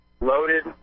loaded